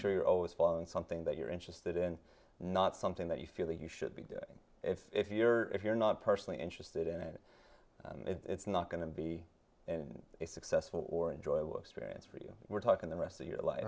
sure you're always following something that you're interested in not something that you feel that you should be doing if you're if you're not personally interested in it it's not going to be a successful or enjoy look strange for you we're talking the rest of your life